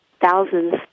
thousands